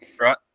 Right